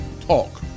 talk